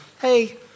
hey